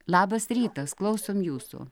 labas rytas klausom jūsų